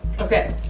Okay